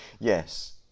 yes